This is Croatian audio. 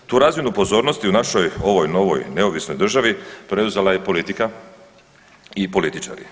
Tu razinu pozornosti u našoj ovoj novoj neovisnoj državi preuzela je politika i političari.